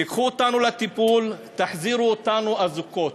תיקחו אותנו לטיפול, תחזירו אותנו אזוקות.